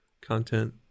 content